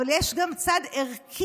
אבל יש גם צד ערכי.